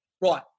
Right